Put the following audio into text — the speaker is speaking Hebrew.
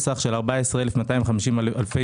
בוקר טוב לכולם, היום ה-4 ביולי 2022, ה'